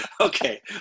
okay